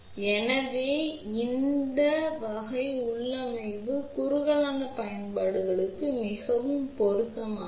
எனவே இந்த வகை உள்ளமைவு குறுகலான பயன்பாடுகளுக்கு மிகவும் பொருத்தமானது